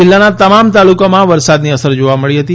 જિલ્લાના તમામ તાલુકાઓમાં વરસાદની અસર જોવા મળી હતી